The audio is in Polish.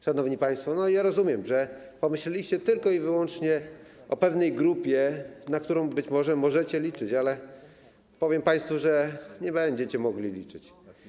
Szanowni państwo, rozumiem, że pomyśleliście tylko i wyłącznie o pewnej grupie, na którą być może możecie liczyć, ale powiem państwu, że nie będziecie mogli liczyć.